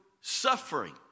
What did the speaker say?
suffering